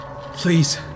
Please